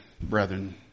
brethren